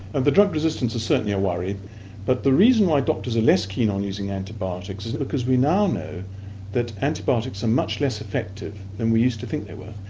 and the drug resistance is certainly a worry but the reason why doctors are less keen on using antibiotics is that because we now know that antibiotics are much less effective than we used to think they were.